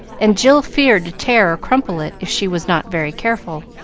and jill feared to tear or crumple it if she was not very careful.